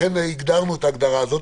לכן הגדרנו את ההגדרה הזאת.